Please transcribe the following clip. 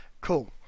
Cool